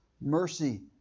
mercy